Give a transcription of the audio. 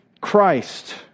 Christ